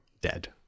dead